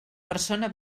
persona